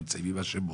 נמצאים עם השמות,